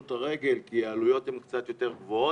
את הרגל כי העלויות הן קצת יותר גבוהות.